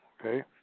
Okay